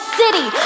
city